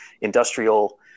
industrial